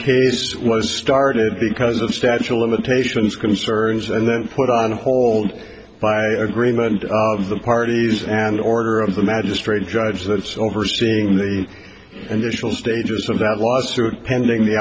case was started because of statue of limitations concerns and then put on hold by agreement of the parties and order of the magistrate judge that's overseeing the initial stages of that lawsuit pending the